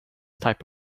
type